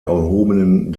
erhobenen